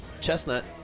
Chestnut